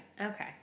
Okay